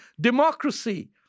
democracy